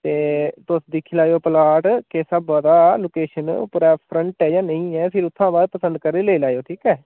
ते तुस दिक्खी लेएओ प्लाट किस स्हाबा दा लोकेशन उप्परा फ्रंट ऐ जां नेईं ऐ फेर उसदे बाद पसंद करी लेई लैएओ ठीक ऐ